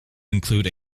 include